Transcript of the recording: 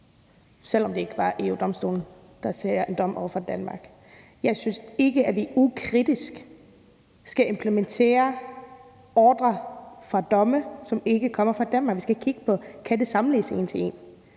selv om det ikke var Danmark, EU-Domstolen afsagde en dom over for. Jeg synes ikke, at vi ukritisk skal parere ordre og implementere domme, som ikke kommer fra Danmark. Vi skal kigge på, om det kan sammenlignes en til en.